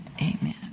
Amen